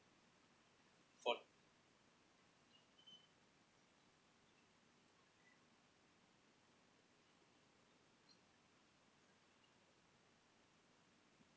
for